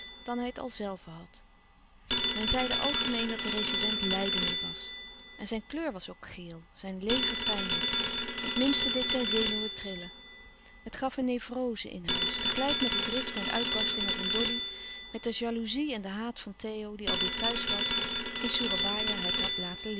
dan hij het al zelve had men zeide algemeen dat de rezident lijdende was en zijn kleur was ook geel zijn lever pijnlijk het minste deed zijn zenuwen trillen het louis couperus de stille kracht gaf een nevroze in huis tegelijk met de driften en uitbarstingen van doddy met de jalouzie en de haat van theo die al weêr thuis was in soerabaia het had laten